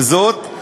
עם זאת,